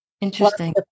Interesting